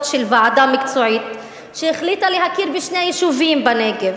של ועדה מקצועית שהחליטה להכיר בשני יישובים בנגב.